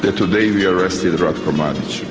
today we arrested ratko mladic.